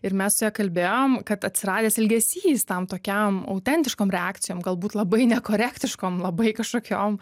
ir mes su ja kalbėjom kad atsiradęs ilgesys tam tokiam autentiškom reakcijom galbūt labai nekorektiškom labai kažkokiom